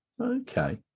Okay